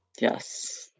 Yes